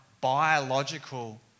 biological